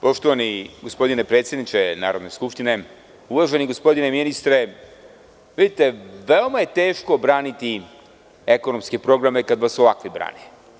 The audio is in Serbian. Poštovani gospodine predsedniče Narodne skupštine, uvaženi gospodine ministre, vidite, veoma je teško braniti ekonomske programe kad vas ovakvi brane.